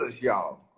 y'all